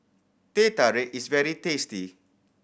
Teh Tarik is very tasty